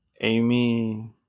amy